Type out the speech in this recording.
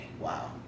Wow